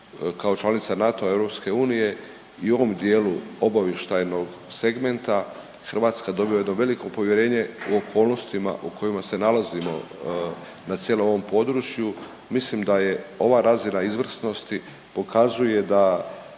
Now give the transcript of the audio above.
kao članica NATO-a i EU i u ovom dijelu obavještajnog segmenta Hrvatska dobiva jedno veliko povjerenje u okolnostima u kojima se nalazimo na cijelom ovom području. Mislim da je ova razina izvrsnosti pokazuje da